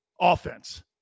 offense